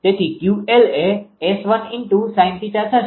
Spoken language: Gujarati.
તેથી 𝑄𝑙 એ 𝑆1 sin𝜃 થશે